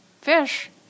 fish